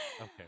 Okay